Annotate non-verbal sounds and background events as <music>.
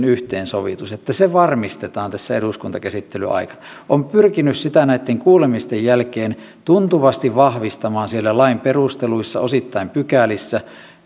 <unintelligible> yhteensovitus että se varmistetaan tässä eduskuntakäsittelyn aikana olen pyrkinyt sitä näitten kuulemisten jälkeen tuntuvasti vahvistamaan siellä lain perusteluissa osittain pykälissä